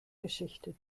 geschichte